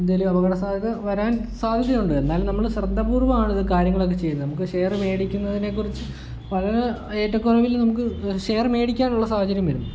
എന്തെങ്കിലും അപകട സാധ്യത വരാൻ സാധ്യത ഉണ്ട് എന്നാലും നമ്മൾ ശ്രദ്ധാപൂർവ്വം ആണിത് കാര്യങ്ങളൊക്കെ ചെയ്യുന്നത് നമുക്ക് ഷെയർ മേടിക്കുന്നതിനെക്കുറിച്ച് വളരെ ഏറ്റക്കുറവിൽ നമുക്ക് ഷെയർ മേടിക്കാനുള്ള സാഹചര്യം വരുന്നു